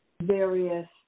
various